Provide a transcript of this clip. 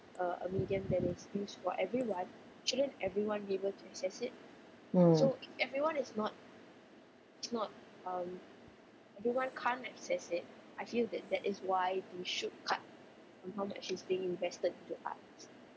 mm